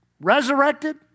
resurrected